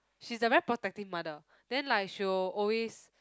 she's the very protective mother then like she will always